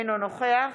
אינו נוכח